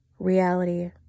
reality